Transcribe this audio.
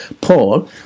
Paul